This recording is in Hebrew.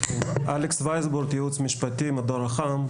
אני אלכס וייסבורד, ייעוץ משפטי, מדור אח"מ.